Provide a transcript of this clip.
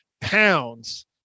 pounds